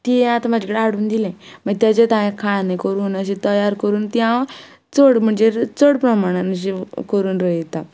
ती आतां म्हजे कडेन हाडून दिले मागीर तेजे तां खांदे करून अशें तयार करून ती हांव चड म्हणजे चड प्रमाणांत अशी करून रयता